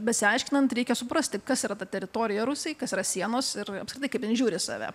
besiaiškinant reikia suprasti kas yra ta teritorija rusijai kas yra sienos ir apskritai kaip jin žiūri į save